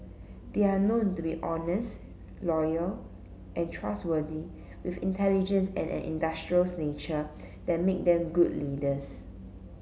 they are known to be honest loyal and trustworthy with intelligence and an industrious nature that make them good leaders